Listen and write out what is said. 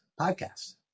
podcast